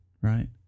right